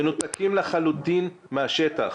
מנותקים לחלוטין מהשטח.